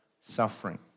Suffering